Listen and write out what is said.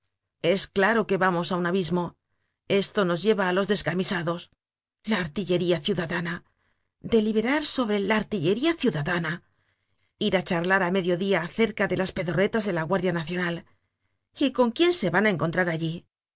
es claro que va mos á un abismo esto nos lleva á los descamisados la artillería ciudadana deliberar sobre la artillería ciudadana ir á charlar á medio dia acerca de las pedorretas de la guardia nacional y con quién se van á encontrar allí